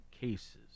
cases